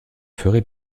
ferez